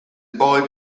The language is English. boy